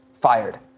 Fired